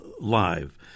live